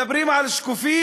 מדברים על שקופים?